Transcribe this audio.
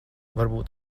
varbūt